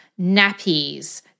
nappies